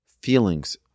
feelings